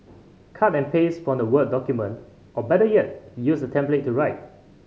cut and paste from the word document or better yet use the template to write